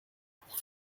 pour